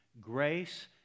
grace